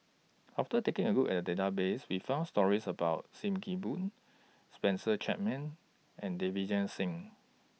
after taking A Look At The Database We found stories about SIM Kee Boon Spencer Chapman and Singh